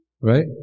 right